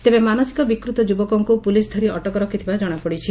ତେବେ ମାନସିକ ବିକୃତ ଯୁବକଙ୍କୁ ପୁଲିସ୍ ଧରି ଅଟକ ରଖିଥିବା ଜଣାପଡ଼ିଛି